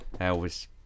Elvis